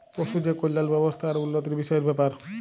পশু যে কল্যাল ব্যাবস্থা আর উল্লতির বিষয়ের ব্যাপার